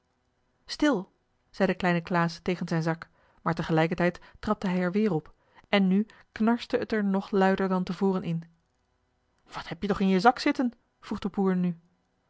stil zei de kleine klaas tegen zijn zak maar te gelijker tijd trapte hij er weer op en nu knarste het er nog luider dan te voren in wat heb je toch in je zak zitten vroeg de boer nu